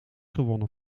gewonnen